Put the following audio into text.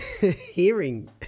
hearing